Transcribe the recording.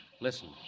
Listen